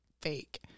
fake